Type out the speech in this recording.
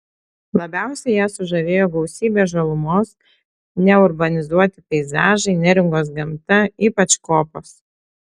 labiausiai ją sužavėjo gausybė žalumos neurbanizuoti peizažai neringos gamta ypač kopos